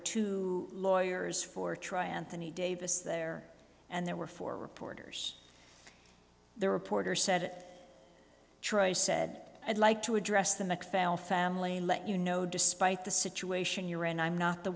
two lawyers for try anthony davis there and there were four reporters the reporter said that troy said i'd like to address the macphail family let you know despite the situation you're in i'm not the